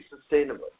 sustainable